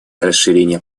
расширение